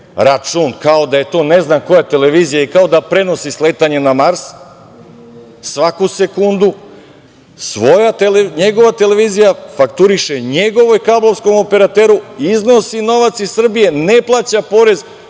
račun, kao da je to ne znam koja televizija i kao da prenosi sletanje na Mars svaku sekundu, njegova televizija fakturiše njegovom kablovskom operateru, iznosi novac iz Srbije, ne plaća porez,